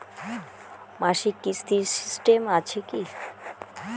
মাসিক কিস্তির সিস্টেম আছে কি?